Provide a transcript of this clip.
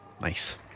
Nice